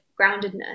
groundedness